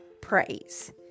Praise